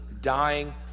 dying